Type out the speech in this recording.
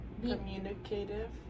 Communicative